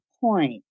point